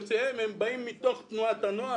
אני מכיר ארגונים שרוב יוצאיהם באים מתוך תנועת הנוער.